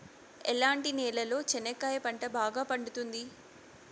ఎట్లాంటి నేలలో చెనక్కాయ పంట బాగా పండుతుంది?